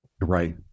Right